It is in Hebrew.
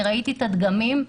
אני ראיתי את הדגמים,